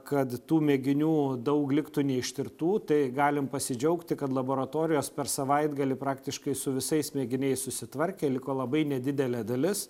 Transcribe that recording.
kad tų mėginių daug liktų neištirtų tai galim pasidžiaugti kad laboratorijos per savaitgalį praktiškai su visais mėginiais susitvarkė liko labai nedidelė dalis